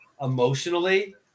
emotionally